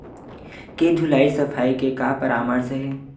के धुलाई सफाई के का परामर्श हे?